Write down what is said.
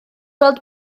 weld